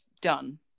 done